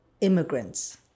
immigrants